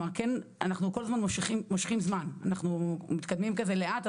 אנחנו כל הזמן מושכים זמן, אנחנו מתקדמים לאט.